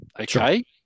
Okay